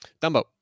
Dumbo